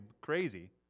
crazy